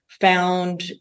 found